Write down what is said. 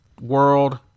world